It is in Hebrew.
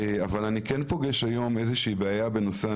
אני מכיר בעיה בנושא המינונים,